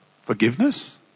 Forgiveness